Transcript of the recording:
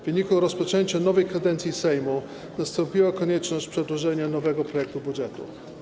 W wyniku rozpoczęcia nowej kadencji Sejmu pojawiła się konieczność przedłożenia nowego projektu budżetu.